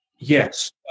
Yes